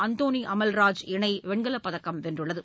அந்தோணி அமல்ராஜ் இணை வெண்கல பதக்கம் வென்றுள்ளது